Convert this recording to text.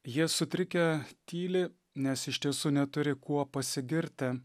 jie sutrikę tyli nes iš tiesų neturi kuo pasigirti